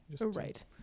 Right